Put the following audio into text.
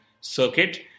circuit